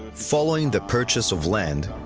following the purchase of land,